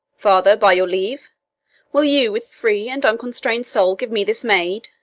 father, by your leave will you with free and unconstrained soul give me this maid,